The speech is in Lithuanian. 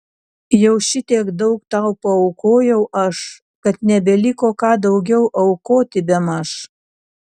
jau šitiek daug tau paaukojau aš kad nebeliko ką daugiau aukoti bemaž